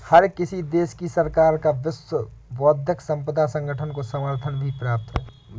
हर किसी देश की सरकार का विश्व बौद्धिक संपदा संगठन को समर्थन भी प्राप्त है